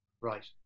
Right